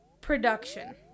production